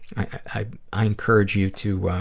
i i encourage you to